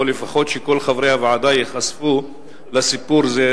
או לפחות שכל חברי הוועדה ייחשפו לסיפור זה,